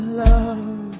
love